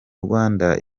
rwanda